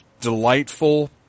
delightful